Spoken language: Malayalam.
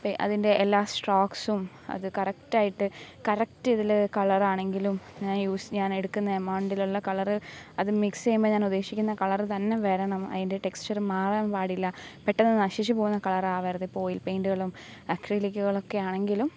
അപ്പം അതിൻ്റെ എല്ലാ സ്ട്രോക്സും അത് കറക്റ്റ് ആയിട്ട് കറക്റ്റ് ഇതിൽ കളറാണെങ്കിലും ഞാൻ യൂസ് ഞാൻ എടുക്കുന്ന എമൗണ്ടിലുള്ള കളറ് അത് മിക്സ്സ് ചെയ്യുമ്പോൾ ഞാൻ ഉദ്ദേശിക്കുന്ന കളറ് തന്നെ വരണം അതിൻ്റെ ടെക്സ്ചർ മാറാൻ പാടില്ല പെട്ടെന്ന് നശിച്ചു പോകുന്ന കളർ ആവരുത് ഇപ്പോൾ ഓയിൽ പെയിൻ്റുകളും അക്രിലിക്കുകളുമൊക്കെ ആണെങ്കിലും